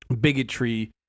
bigotry